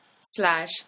slash